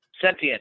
Sentient